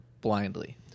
blindly